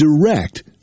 direct